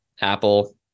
Apple